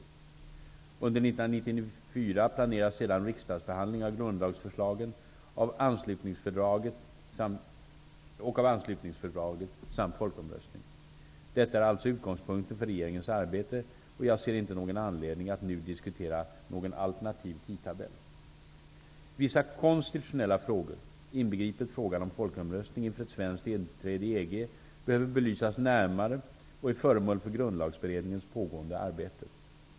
Under 1994 planeras sedan riksdagsbehandling av grundlagsförslagen och av anslutningsfördraget samt folkomröstning. Detta är alltså utgångspunkten för regeringens arbete, och jag ser inte någon anledning att nu diskutera någon alternativ tidtabell. behöver belysas närmare och är föremål för grundlagsberedningens pågående arbete.